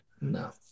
No